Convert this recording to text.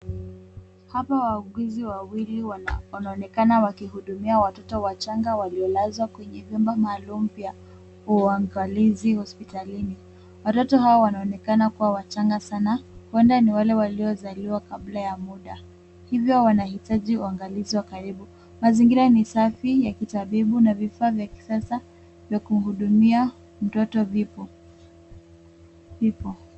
Hapa wauguzi wawili wanaonekana wakihudumia watoto wachanga waliolazwa kwenye vyumba maalum vya uangalizi hospitalini. Watoto hao wanaonekana kuwa wachanga sana huenda ni wale waliozaliwa kabla ya muda, hivyo wanahitaji uangalizi wa karibu. Mazingira ni safi ya kitabibu na vifaa vya kisasa vya kuhudumia mtoto vipo.